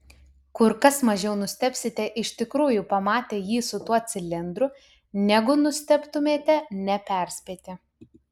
kur kas mažiau nustebsite iš tikrųjų pamatę jį su tuo cilindru negu nustebtumėte neperspėti